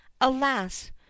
alas